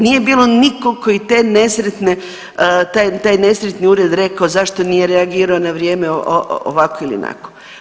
Nije bilo nikog koji te nesretne, taj nesretni ured rekao zašto nije reagirao na vrijeme ovako ili onako.